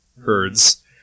Herds